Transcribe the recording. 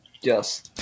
Yes